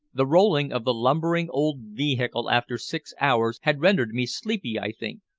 the rolling of the lumbering old vehicle after six hours had rendered me sleepy, i think,